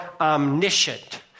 omniscient